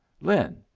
Lynn